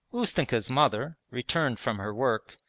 ustenka's mother, returned from her work,